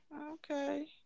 Okay